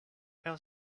how